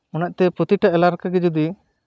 ᱚᱱᱟᱛᱮ ᱯᱨᱚᱛᱤᱴᱟ ᱮᱞᱟᱠᱟ ᱜᱮ ᱡᱩᱫᱤ